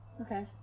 Okay